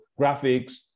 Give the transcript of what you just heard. graphics